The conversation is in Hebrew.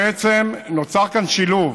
בעצם, נוצר כאן שילוב